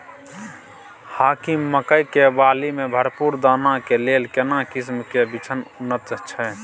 हाकीम मकई के बाली में भरपूर दाना के लेल केना किस्म के बिछन उन्नत छैय?